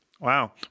Wow